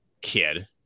kid